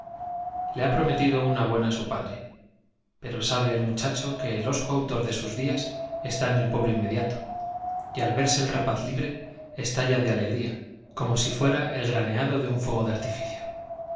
le ha prometido una muchacho que el hosco buena su padre pero sabe el autor de sus días está en el pueblo inmediato y al y tragedia verse el rapaz libre estalla de alegría corno si fuera el graneado de de artificio